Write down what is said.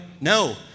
No